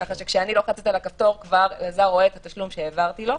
כך שכשאני לוחצת על הכפתור אלעזר כבר רואה את התשלום שהעברתי לו,